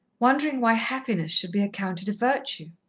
wondering why happiness should be accounted a virtue.